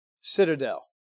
citadel